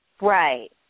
Right